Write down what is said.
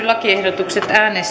lakiehdotukset